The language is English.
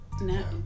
No